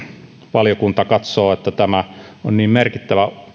valiokunta katsoo että tämä on niin merkittävä